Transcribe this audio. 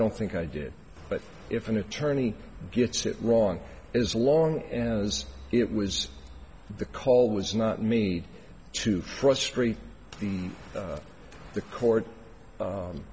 don't think i did but if an attorney gets it wrong as long as it was the call was not me to frustrate the the court